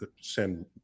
send